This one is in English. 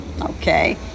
okay